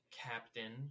captain